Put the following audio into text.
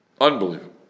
Unbelievable